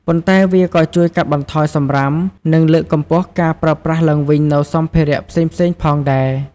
ប៉ុន្តែវាក៏ជួយកាត់បន្ថយសំរាម និងលើកកម្ពស់ការប្រើប្រាស់ឡើងវិញនូវសម្ភារៈផ្សេងៗផងដែរ។